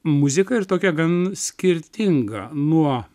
muziką ir tokią gan skirtingą nuo